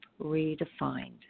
Redefined